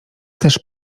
też